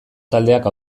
taldeak